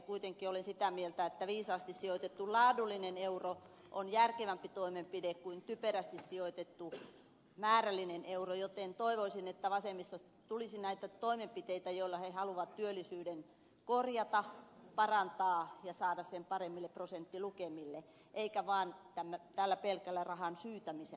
kuitenkin olen sitä mieltä että viisaasti sijoitettu laadullinen euro on järkevämpi toimenpide kuin typerästi sijoitettu määrällinen euro joten toivoisin että vasemmistolta tulisi näitä toimenpiteitä joilla he haluavat työllisyyden korjata parantaa ja saada sen paremmille prosenttilukemille eikä vaan ehdoteta tätä pelkkää rahan syytämistä